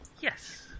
Yes